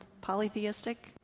polytheistic